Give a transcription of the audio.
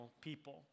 people